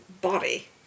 body